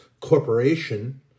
corporation